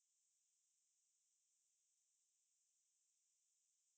难的工作可是那个薪水比较高啊